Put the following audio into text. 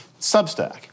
Substack